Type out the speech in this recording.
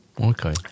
Okay